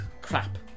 Crap